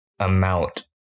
amount